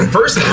First